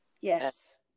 Yes